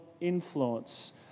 influence